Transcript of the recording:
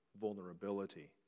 vulnerability